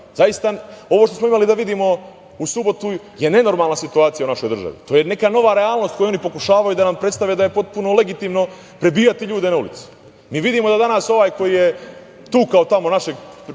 se uradi. Ovo što smo imali priliku da vidimo u subotu je nenormalna situacija u našoj državi. To je neka nova realnost koju oni pokušavaju da nam predstave – da je potpuno legitimno prebijati ljude na ulicu. Mi vidimo da danas ovaj koji je tukao našeg, ne znam